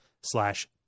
Slash